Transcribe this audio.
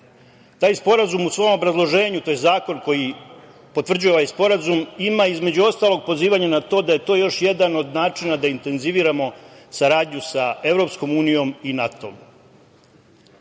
Taj sporazum u svom obrazloženju, to je zakon koji potvrđuje ovaj sporazum ima između ostalog pozivanjem na to da je to još jedan od načina da intenziviramo saradnju sa EU i sa